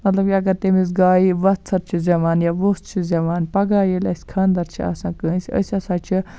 مطلب اَگر تٔمِس گایہِ وَژھٕر چھِ زیوان یا وۄژھ چھُ زیوان پگاہ ییلہِ اَسہِ خاندر چھُ آسان کٲنسہِ أسۍ ہَسا چھِ